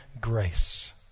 grace